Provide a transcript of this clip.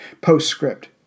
Postscript